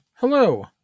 Hello